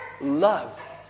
love